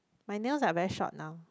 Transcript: my nails are very short now